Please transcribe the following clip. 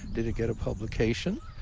did it get a publication?